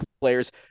players